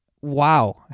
wow